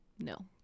no